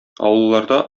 авылларда